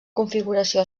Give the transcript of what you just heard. configuració